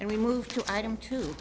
and we moved to item t